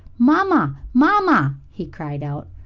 mamma! mamma! he cried out.